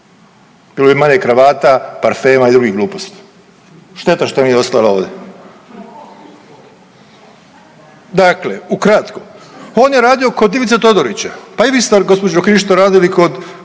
Bilo bi manje kravata, parfema i drugih gluposti. Šteta što nije ostala ovdje. Dakle ukratko, on je radio kod Ivice Todoriće, pa i vi ste gospođo Krišto radili kod